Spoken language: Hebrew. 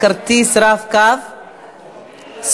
עברה בקריאה טרומית ועוברת לוועדת החוקה,